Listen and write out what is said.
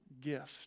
gift